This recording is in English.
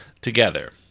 together